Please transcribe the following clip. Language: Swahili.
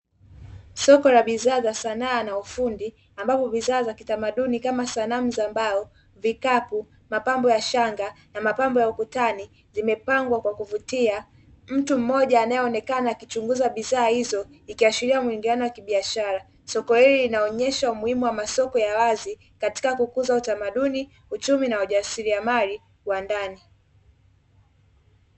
Soko la bidhaa za sanaa na ufundi, ambapo bidhaa za kitamaduni kama sanamu za mbao, vikapu, mapambo ya shanga na mapambo ya ukutani zimepangwa kwa kuvutia. Mtu mmoja anayeonekana akichunguza bidhaa hizo ikiaashiria mwingiliano wa kibiashara. Soko hili linaonyesha umuhimu wa masoko ya wazi katika kukuza utamaduni, uchumi na ujasiriamali wa ndani.